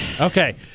Okay